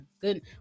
good